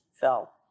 fell